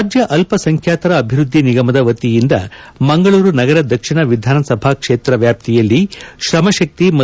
ರಾಜ್ಯ ಅಲ್ಲಸಂಖ್ಯಾತರ ಅಭಿವೃದ್ಧಿ ನಿಗಮದ ವತಿಯಿಂದ ಮಂಗಳೂರು ನಗರ ದಕ್ಷಿಣ ವಿಧಾನಸಭಾ ಕ್ಷೇತ್ರ ವ್ಯಾಪ್ತಿಯಲ್ಲಿ ಶ್ರಮಶಕ್ಕಿ ಮತ್ತು